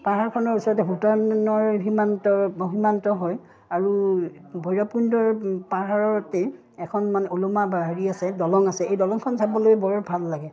পাহাৰখনৰ ওচৰতে ভূটানৰ সীমান্ত সীমান্ত হয় আৰু ভৈৰৱকুণ্ডৰ পাহাৰতে এখন মানে ওলোমা হেৰি আছে দলং আছে এই দলংখন চাবলৈ বৰ ভাল লাগে